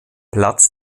platz